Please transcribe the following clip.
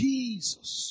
Jesus